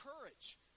courage